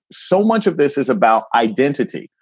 so much of this is about identity.